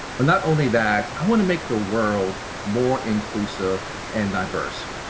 but not only that, i want to make the world more inclusive and diverse.